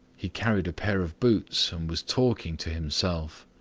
he carried a pair of boots, and was talking to himself.